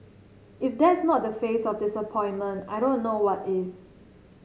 if that's not the face of disappointment I don't know what is